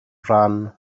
rhan